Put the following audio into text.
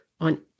on